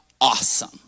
awesome